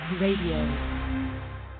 Radio